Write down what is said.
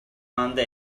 anda